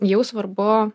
jau svarbu